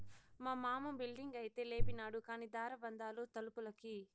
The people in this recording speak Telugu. మా మామ బిల్డింగైతే లేపినాడు కానీ దార బందాలు తలుపులకి